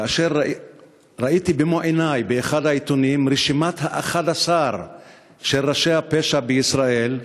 כאשר ראיתי במו-עיני באחד העיתונים את רשימת ה-11 של ראשי הפשע בישראל.